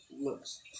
looks